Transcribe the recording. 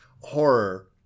horror